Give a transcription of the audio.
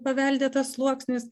paveldėtas sluoksnis